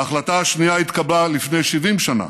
ההחלטה השנייה התקבלה לפני 70 שנה,